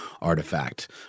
artifact